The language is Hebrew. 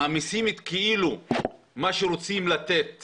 מעמיסים עליו את מה שרוצים לתת